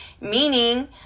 Meaning